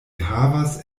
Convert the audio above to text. havas